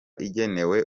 igenewe